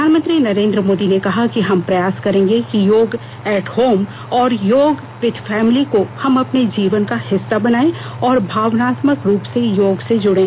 प्रधानमंत्री नरेन्द्र मोदी ने कहा कि हम प्रयास करेंगे कि योग एट होम और योग विथ फैमिली को हम अपने जीवन का हिस्सा बनाये और भावनात्मक रूप से योग से जुड़े